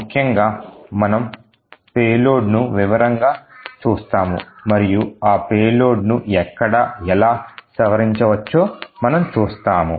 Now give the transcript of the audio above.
ముఖ్యంగా మనము పేలోడ్ను వివరంగా చూస్తాము మరియు ఆ పేలోడ్ను ఎక్కడ ఎలా సవరించవచ్చో మనం చూస్తాము